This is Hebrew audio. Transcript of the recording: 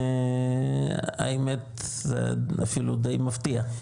האמת שזה אפילו די מפתיע.